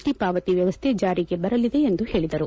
T ಪಾವತಿ ವ್ಯವಸ್ಥೆ ಜಾರಿಗೆ ಬರಲಿದೆ ಎಂದು ಹೇಳಿದರು